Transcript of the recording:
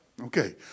Okay